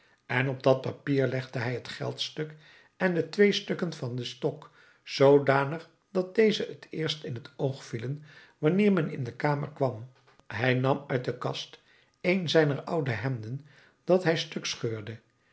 en op dat papier legde hij het geldstuk en de twee stukken van den stok zoodanig dat deze het eerst in t oog vielen wanneer men in de kamer kwam hij nam uit de kast een zijner oude hemden dat hij stuk scheurde